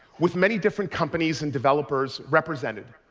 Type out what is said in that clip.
with many different companies and developers represented,